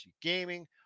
gaming